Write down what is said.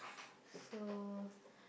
so